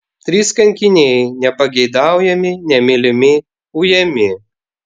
trys kankiniai nepageidaujami nemylimi ujami